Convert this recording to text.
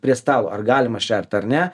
prie stalo ar galima šert ar ne